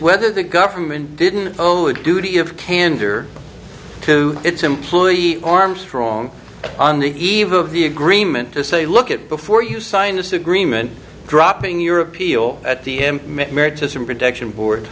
whether the government didn't owe a duty of candor to its employee armstrong on the eve of the agreement to say look at before you sign this agreement dropping your appeal at the end married to some protection board